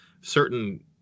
certain